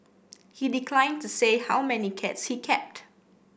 he declined to say how many cats he kept